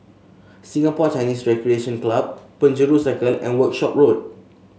Singapore Chinese Recreation Club Penjuru Circle and Workshop Road